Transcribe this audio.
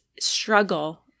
struggle